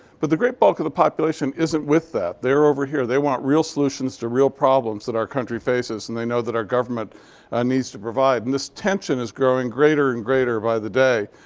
but the great bulk of the population isn't with that. they're over here. they want real solutions to real problems that our country faces. and they know that our government ah needs to provide. and this tension is growing greater and greater by the day.